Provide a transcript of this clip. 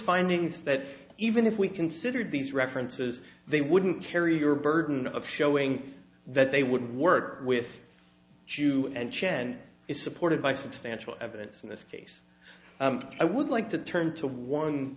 findings that even if we considered these references they wouldn't carry your burden of showing that they would work with jus and chen is supported by substantial evidence in this case i would like to turn to one